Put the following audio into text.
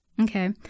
Okay